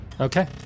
Okay